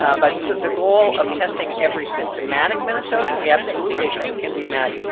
ah but so the goal of testing every symptomatic minnesotan we absolutely think can be met,